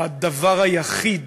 הדבר היחיד,